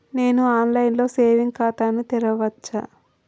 నేను online లో saving ఖాతా ను తెరవచ్చా?